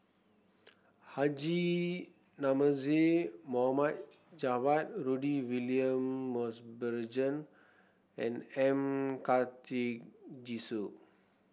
Haji Namazie Mohd Javad Rudy William Mosbergen and M Karthigesu